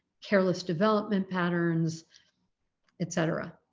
careless development patterns etc.